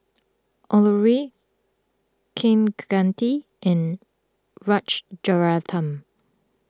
Alluri Kaneganti and Rajaratnam